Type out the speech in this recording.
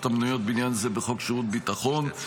המנויות בעניין זה בחוק שירות ביטחון,